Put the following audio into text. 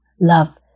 love